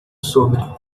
sobre